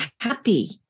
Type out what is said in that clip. happy